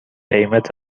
قیمت